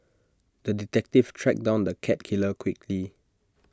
the detective tracked down the cat killer quickly